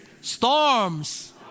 storms